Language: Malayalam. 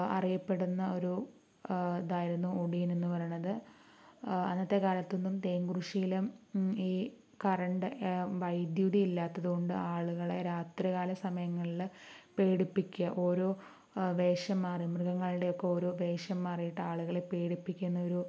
അറിയപ്പെടുന്ന ഒരു ഇതായിരുന്നു ഒടിയനെന്ന് പറയണത് അന്നത്തെ കാലത്തൊന്നും തേങ്കുറിശ്ശിയിലും ഈ കറൻറ്റ് വൈദ്യുതി ഇല്ലാത്തതു കൊണ്ട് ആളുകളെ രാത്രികാല സമയങ്ങളിൽ പേടിപ്പിക്കുക ഓരോ വേഷം മാറി മൃഗങ്ങളുടെ ഒക്കെ ഓരോ വേഷം മാറിയിട്ട് ആളുകളെ പേടിപ്പിക്കുന്നൊരു